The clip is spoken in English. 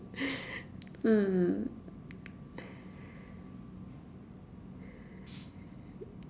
mm